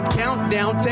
countdown